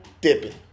dipping